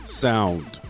sound